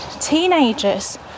teenagers